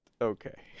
Okay